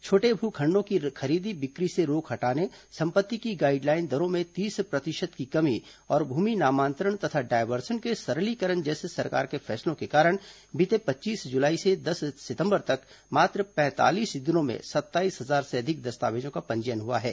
छोटे भू खण्डों की खरीदी बिक्री से रोक हटाने संपत्ति की गाइडलाइन दरों में तीस प्रतिशत की कमी और भूमि नामांतरण तथा डायवर्सन के सरलीकरण जैसे सरकार के फैसलों के कारण बीते पच्चीस जुलाई से दस सितंबर तक मात्र पैंतालीस दिनों में सत्ताईस हजार से अधिक दस्तावेजों का पंजीयन हुआ है